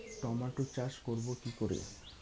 Tomato চাষ করব কি করে?